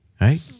right